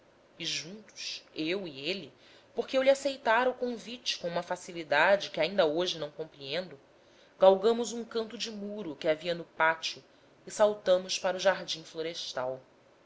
e juntos eu e ele porque eu lhe aceitara o convite com uma facilidade que ainda hoje não compreendo galgamos um canto de muro que havia no pátio e saltamos para o jardim florestal